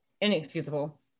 Inexcusable